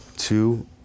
two